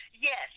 Yes